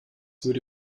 würde